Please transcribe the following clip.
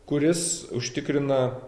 kuris užtikrina